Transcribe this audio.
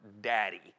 daddy